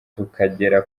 tukagera